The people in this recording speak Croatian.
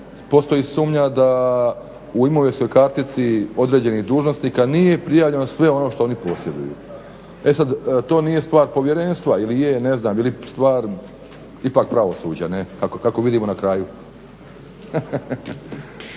postoji sumnja da u imovinskoj kartici određenih dužnosnika nije prijavljeno sve ono što oni posjeduju. E sad, to nije stvar Povjerenstva ili je, ne znam ili stvar ipak pravosuđa ne, kako vidimo na kraju.